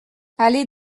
allée